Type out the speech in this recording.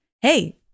hey